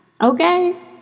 Okay